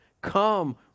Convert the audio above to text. Come